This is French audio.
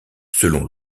selon